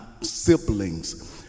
siblings